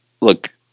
look